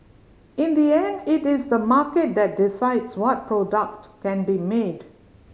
in the end it is the market that decides what product can be made